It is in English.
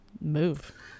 move